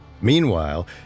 Meanwhile